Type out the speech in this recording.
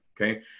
okay